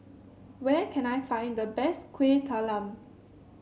where can I find the best Kuih Talam